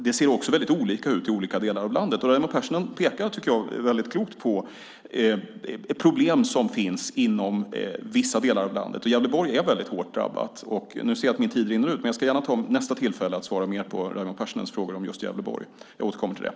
Det ser också väldigt olika ut i olika delar av landet, och Raimo Pärssinen pekar väldigt klokt på problem som finns inom vissa delar av landet. Gävleborg är väldigt hårt drabbat. Jag ser att min tid rinner ut, men jag ska gärna ta nästa tillfälle och svara mer på Raimo Pärssinens frågor om just Gävleborg. Jag återkommer till dem.